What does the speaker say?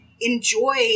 enjoy